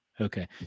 Okay